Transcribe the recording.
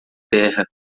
terra